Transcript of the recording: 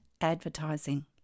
advertising